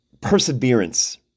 perseverance